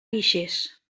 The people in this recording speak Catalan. guixers